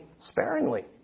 sparingly